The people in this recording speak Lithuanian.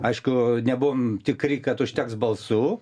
aišku nebuvom tikri kad užteks balsų